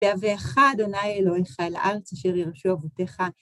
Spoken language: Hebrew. כי הביאך ה' אלוהיך אל הארץ אשר ירשו אבותיך.